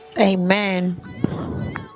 Amen